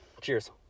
Cheers